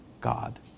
God